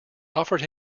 offered